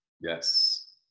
Yes